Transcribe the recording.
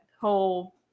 whole